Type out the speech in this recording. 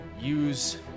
use